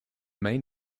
main